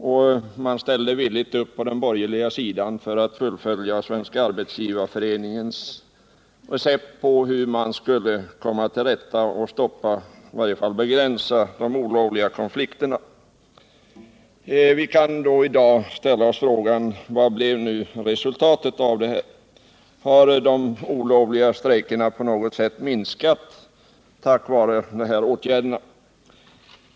Ni ställde villigt upp på den borgerliga sidan för att fullfölja Svenska arbetsgivareföreningens recept på hur man kommer till rätta med, stoppa eller begränsa de olovliga konflikterna. Vi kan då i dag ställa oss frågorna: Vad blev resultatet av detta? Har de olovliga strejkerna på något sätt minskat tack vare dessa åtgärder?